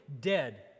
dead